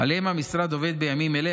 שעליהן המשרד עובד בימים אלו,